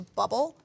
bubble